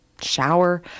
shower